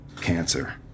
Cancer